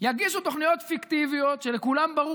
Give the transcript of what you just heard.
יגישו תוכניות פיקטיביות שלכולם ברור